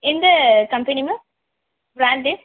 எந்த company ma'am brand